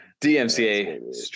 DMCA